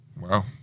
Wow